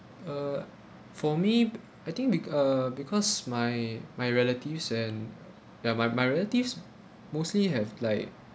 uh for me b~ I think be~ uh because my my relatives and ya my my relatives mostly have like